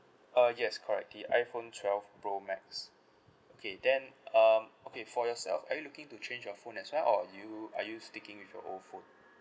uh yes correct the iphone twelve pro max okay then um okay for yourself are you looking to change your phone as well or are you are you sticking with your old phone